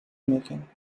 making